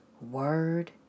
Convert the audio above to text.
word